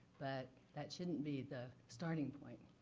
but that shouldn't be the starting point,